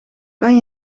kan